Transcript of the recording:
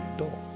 door